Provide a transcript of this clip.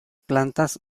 plantas